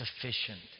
sufficient